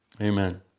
Amen